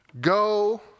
Go